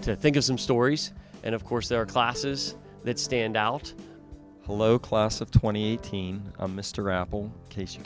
to think of some stories and of course there are classes that stand out hello class of twenty teen a mr apple case you